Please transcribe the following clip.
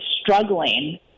struggling